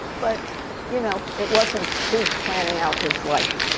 but you know it wasn't his planning out his life.